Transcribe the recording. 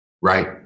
Right